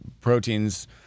proteins